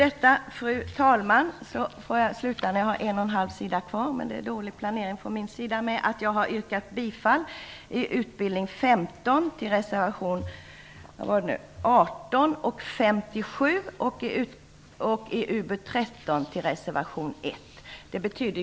Jag har på grund av dålig planering visserligen en och en halv sida kvar av mitt manuskript, men jag vill nu avslutningsvis peka på att jag vad gäller betänkande UbU15 yrkat bifall till reservationerna nr 18 och 57 och vad gäller betänkande UbU13 till reservation 1.